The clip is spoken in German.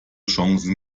chancen